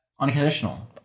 Unconditional